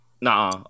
Nah